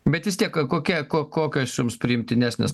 bet vis tiek kokia kokios jums priimtinesnės